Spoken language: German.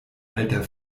alter